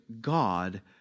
God